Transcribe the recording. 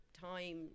time